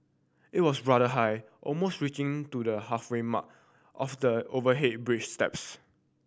it was rather high almost reaching to the halfway mark of the overhead bridge steps